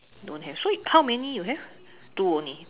don't have so how many you have two only